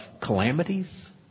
calamities